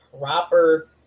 proper